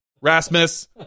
Rasmus